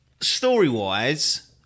story-wise